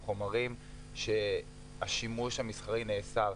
אלה חומרים שהשימוש המסחרי נאסר.